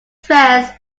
dressed